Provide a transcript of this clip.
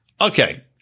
okay